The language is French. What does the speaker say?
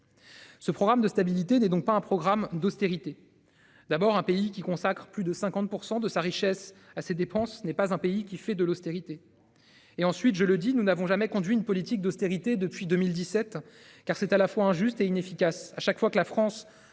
Ce programme de stabilité n'est donc pas un programme d'austérité. D'abord, un pays qui consacrent plus de 50% de sa richesse à ces dépenses n'est pas un pays qui fait de l'austérité. Et ensuite, je le dis, nous n'avons jamais conduit une politique d'austérité depuis 2017 car c'est à la fois injuste et inefficace.